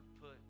put